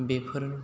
बेफोर